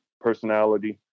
personality